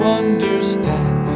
understand